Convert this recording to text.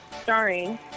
starring